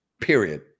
period